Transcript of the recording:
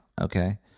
okay